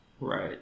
Right